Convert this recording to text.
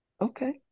okay